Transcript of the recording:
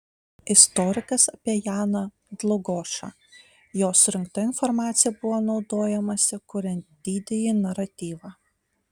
istorikas apie janą dlugošą jo surinkta informacija buvo naudojamasi kuriant didįjį naratyvą